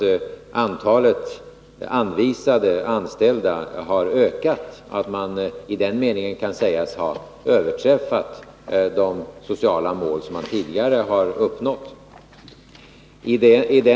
Man kan därför säga att Samhällsföretag i den meningen har överträffat de sociala mål som man tidigare har uppnått.